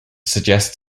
suggest